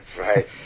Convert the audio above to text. Right